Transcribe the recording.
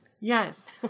Yes